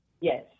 Yes